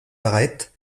arêtes